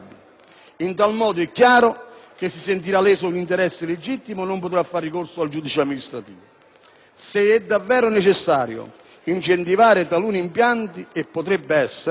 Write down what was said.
In tal modo, è chiaro, chi si sentirà leso in un interesse legittimo non potrà fare ricorso al giudice amministrativo. Se è davvero necessario incentivare taluni impianti, e potrebbe esserlo,